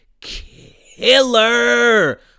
killer